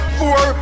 four